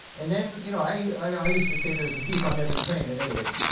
and then, you know, i used to say, there's a thief on every train in italy,